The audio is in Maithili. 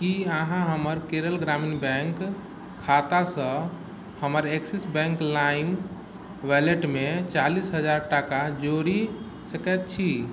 की अहाँ हमर केरल ग्रामीण बैंक खाता सऽ हमर एक्सिस बैंक लाइम वॉलेटमे चालीस हजार टाका जोड़ि सकैत छी